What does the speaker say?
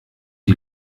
die